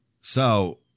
So